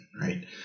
right